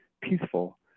peaceful